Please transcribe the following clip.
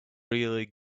really